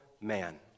man